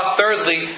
thirdly